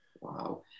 Wow